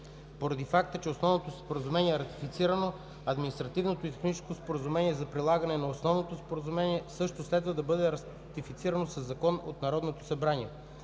Поради факта, че Основното споразумение е ратифицирано, Административното и техническо споразумение за прилагане на Основното споразумение също следва да бъде ратифицирано със закон от Народното събрание.